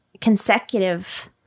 consecutive